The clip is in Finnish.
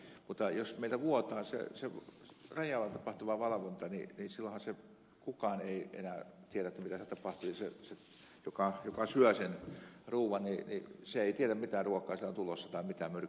mutta jos meillä vuotaa se rajalla tapahtuva valvonta niin silloinhan kukaan ei enää tiedä mitä siellä tapahtuu ja se joka syö sen ruuan ei tiedä mitä myrkkyjä siellä eväässä on sitten